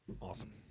Awesome